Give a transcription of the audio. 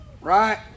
Right